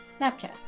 Snapchat